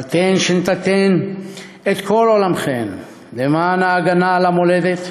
אתן, שנתתן את כל עולמכן למען ההגנה על המולדת,